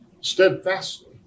steadfastly